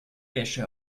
wäsche